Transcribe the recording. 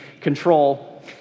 control